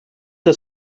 que